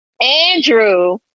Andrew